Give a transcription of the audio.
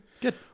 Good